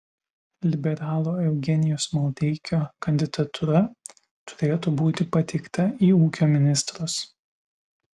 liberalo eugenijaus maldeikio kandidatūra turėtų būti pateikta į ūkio ministrus